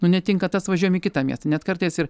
nu netinka tas važiuojam į kitą miestą net kartais ir